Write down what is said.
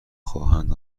خواهند